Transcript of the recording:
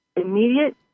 immediate